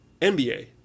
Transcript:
NBA